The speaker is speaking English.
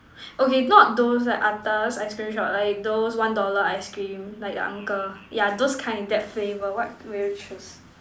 okay not those like atas ice cream shop like those one dollar ice cream like the uncle yeah those kind that flavor what will you choose